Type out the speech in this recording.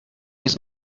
jest